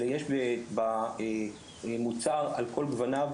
אלא יש במוצר על כל גווניו,